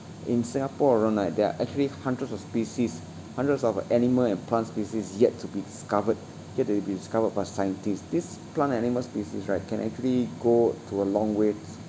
in singapore alone right there are actually hundreds of species hundreds of animal and plant species yet to be discovered yet to be discovered by scientists these plant and animal species right can actually go to a long way